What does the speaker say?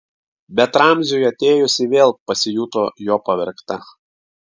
bet ramziui atėjus ji vėl pasijuto jo pavergta